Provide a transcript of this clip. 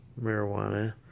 marijuana